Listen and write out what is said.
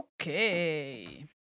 Okay